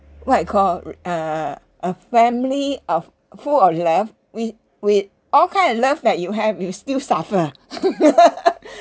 what you call err a family of full of love we with all kind of love that you have you still suffer